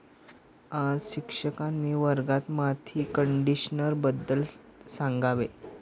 आज शिक्षकांनी वर्गात माती कंडिशनरबद्दल सांगावे